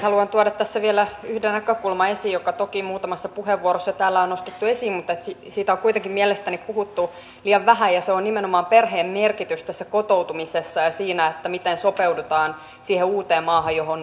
haluan tuoda tässä vielä yhden näkökulman esiin joka toki muutamassa puheenvuorossa täällä on nostettu esiin mutta siitä on kuitenkin mielestäni puhuttu liian vähän ja se on nimenomaan perheen merkitys tässä kotoutumisessa ja siinä miten sopeudutaan siihen uuteen maahan johon ollaan saavuttu